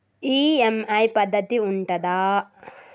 EMI పద్ధతి ఉంటదా?